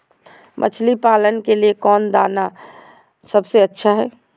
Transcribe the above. मछली पालन के लिए कौन दाना सबसे अच्छा है?